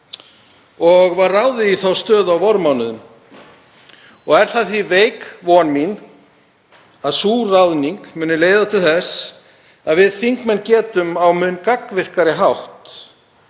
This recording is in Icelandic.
og var ráðið í þá stöðu á vormánuðum. Það er því veik von mín að sú ráðning muni leiða til þess að við þingmenn getum á mun gagnvirkari hátt